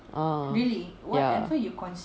ah ya